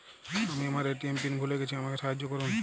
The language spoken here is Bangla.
আমি আমার এ.টি.এম পিন ভুলে গেছি আমাকে সাহায্য করুন